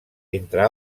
entre